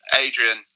Adrian